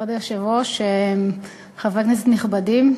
כבוד היושב-ראש, חברי כנסת נכבדים,